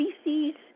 species